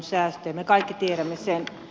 me kaikki tiedämme sen